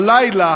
הלילה,